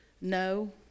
No